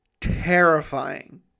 terrifying